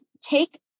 take